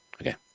Okay